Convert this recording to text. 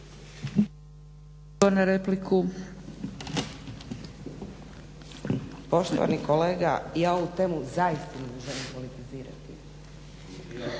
na repliku.